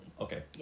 Okay